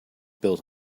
built